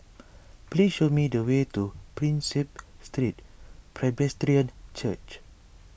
please show me the way to Prinsep Street Presbyterian Church